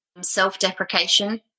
self-deprecation